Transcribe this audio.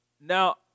Now